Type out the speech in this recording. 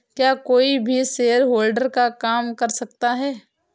क्या कोई भी शेयरहोल्डर का काम कर सकता है?